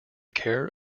care